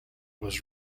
was